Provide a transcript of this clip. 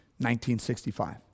1965